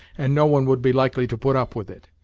and no one would be likely to put up with it.